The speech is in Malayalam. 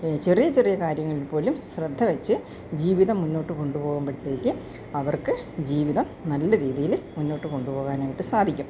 ഈ ചെറിയ ചെറിയ കാര്യങ്ങൾപോലും ശ്രദ്ധവെച്ച് ജീവിതം മുന്നോട്ട് കൊണ്ട്പോകുമ്പഴത്തേക്ക് അവർക്ക് ജീവിതം നല്ലരീതിയില് മുന്നോട്ട് കൊണ്ടുപോകാനായിട്ട് സാധിക്കും